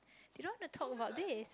they don't want to talk about this